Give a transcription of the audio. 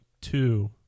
two